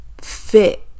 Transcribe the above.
fit